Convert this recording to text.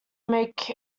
make